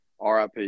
RIP